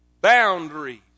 boundaries